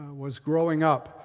was growing up,